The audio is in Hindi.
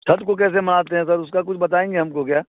छत्त को कैसे मनाते है सर उसका कुछ बताएँगे हमको क्या